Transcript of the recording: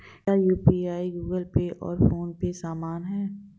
क्या यू.पी.आई और Google Pay PhonePe समान हैं?